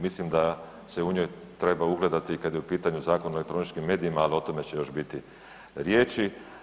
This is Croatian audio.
Mislim da se u nju treba ugledati i kad je u pitanju Zakon o elektroničkim medijima ali o tome će još biti riječi.